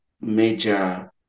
major